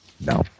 No